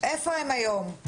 איפה הם היום?